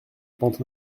pente